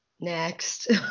Next